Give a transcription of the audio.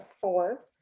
four